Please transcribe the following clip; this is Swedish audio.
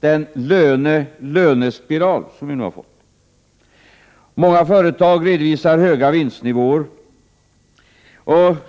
den lönespiral som vi nu har fått. Många företag redovisar höga vinstnivåer.